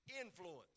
influence